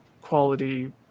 quality